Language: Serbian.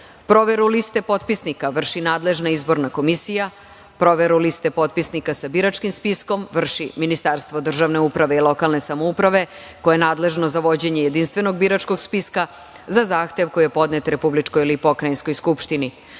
potpisa. Proveru liste potpisnika vrši nadležna izborna komisija. Proveru liste potpisnika sa biračkim spiskom vrši Ministarstvo državne uprave i lokalne samouprave koje je nadležno za vođenje jedinstvenog biračkog spiska, za zahtev koji je podnet republičkoj ili pokrajinskoj skupštini,